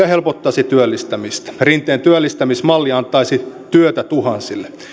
helpottaisi työllistämistä rinteen työllistämismalli antaisi työtä tuhansille